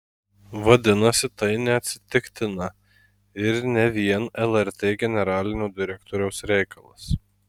vadinasi tai neatsitiktina ir ne vien lrt generalinio direktoriaus reikalas